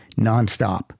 nonstop